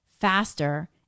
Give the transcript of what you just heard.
faster